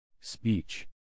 Speech